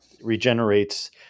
Regenerates